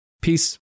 Peace